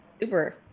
super